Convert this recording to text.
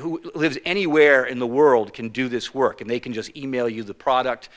who lives anywhere in the world can do this work and they can just email you the product